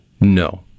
No